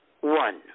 One